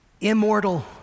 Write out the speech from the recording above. Immortal